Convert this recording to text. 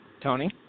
Tony